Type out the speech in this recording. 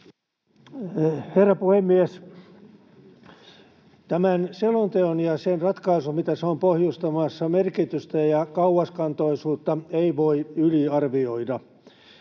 Herra puhemies! Tämän selonteon ja sen ratkaisun, mitä se on pohjustamassa, merkitystä ja kauaskantoisuutta ei voi yliarvioida,